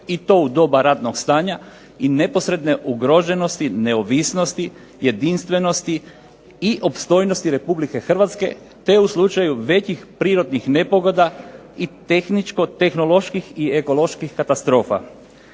i to u doba ratnog stanja i neposredne ugroženosti, neovisnosti, jedinstvenosti i opstojnosti Republike Hrvatske, te u slučaju većih prirodnih nepogoda i tehničko-tehnoloških i ekoloških katastrofa.